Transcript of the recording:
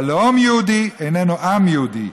אבל לאום יהודי איננו עם יהודי.